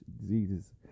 diseases